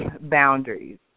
boundaries